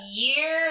year